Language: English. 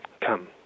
come